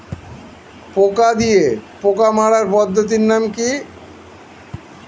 পোকা দিয়ে পোকা মারার পদ্ধতির নাম কি?